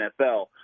NFL